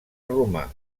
romà